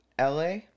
LA